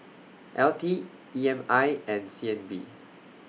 L T E M I and C N B